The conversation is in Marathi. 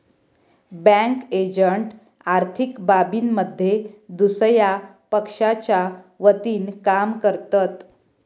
बँक एजंट आर्थिक बाबींमध्ये दुसया पक्षाच्या वतीनं काम करतत